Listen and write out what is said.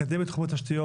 לקדם את תחום התשתיות,